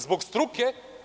Zbog struke?